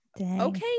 Okay